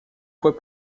fois